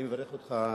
אני מברך אותך,